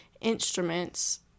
instruments